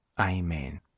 Amen